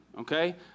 Okay